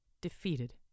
defeated